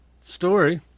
story